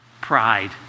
pride